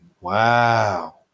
Wow